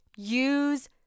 Use